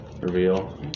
Reveal